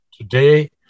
Today